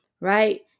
right